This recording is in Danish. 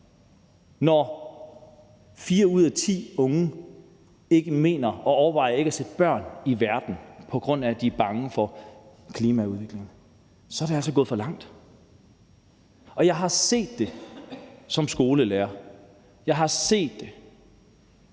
når fire ud af ti unge overvejer ikke at sætte børn i verden, på grund af at de er bange for klimaudviklingen, så er det altså gået for vidt. Som skolelærer har jeg set det;